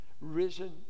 risen